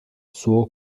suo